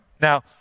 Now